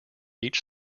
each